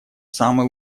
самый